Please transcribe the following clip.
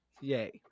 Yay